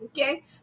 okay